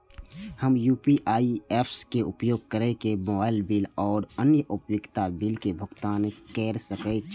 हम UPI apps के उपयोग केर के मोबाइल बिल और अन्य उपयोगिता बिल के भुगतान केर सके छी